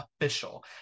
official